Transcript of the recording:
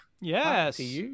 yes